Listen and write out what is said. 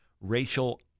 racial